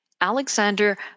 Alexander